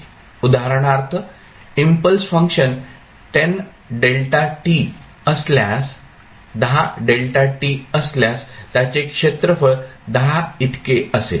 उदाहरणार्थ impulse function 10 δ असल्यास त्याचे क्षेत्रफळ 10 इतके असेल